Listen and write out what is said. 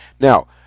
Now